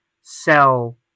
sell